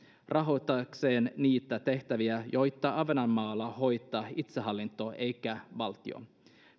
rahoittaakseen niitä tehtäviä joita ahvenanmaalla hoitaa itsehallinto eikä valtio